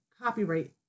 copyright